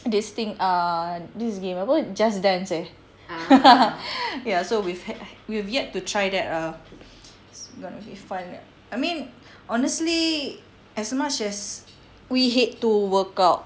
this thing err this game apa just dance eh ya so we've had we've yet to try that err it's going to be fun I mean honestly as much as we hate to workout